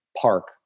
park